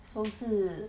so 是